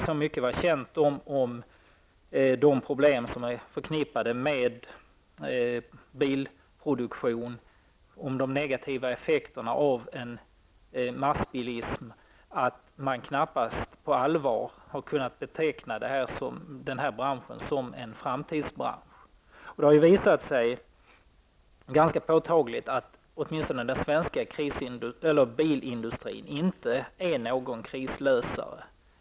Så mycket var känt om de problem som är förknippade med bilproduktion och om de negativa effekterna av massbilismen, att man knappast allvar har kunnat beteckna denna bransch som en framtidsbransch. Det har ju visat sig ganska påtagligt att åtminstone den svenska bilindustrin inte är någon krislösare.